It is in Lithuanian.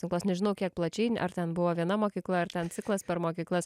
tinkluos nežinau kiek plačiai ar ten buvo viena mokykla ar ten ciklas per mokyklas